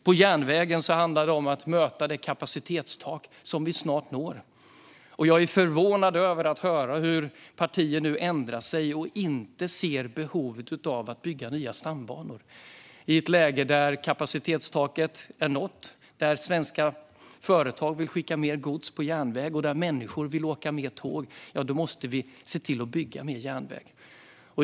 På järnvägen handlar det om att möta det kapacitetstak vi snart når. Jag är förvånad över att höra att partier nu ändrar sig och inte ser behovet av att bygga nya stambanor. I ett läge där kapacitetstaket är nått, där svenska företag vill skicka mer gods på järnväg och där människor vill åka mer tåg måste vi bygga mer järnväg.